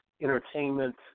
entertainment